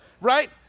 right